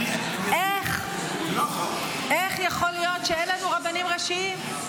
איך יכול להיות שאין לנו רבנים ראשיים?